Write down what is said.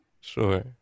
sure